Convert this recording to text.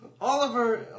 Oliver